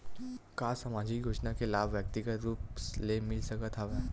का सामाजिक योजना के लाभ व्यक्तिगत रूप ले मिल सकत हवय?